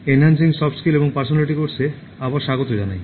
enhancing soft skills এবং personality কোর্সে আবার স্বাগত জানাই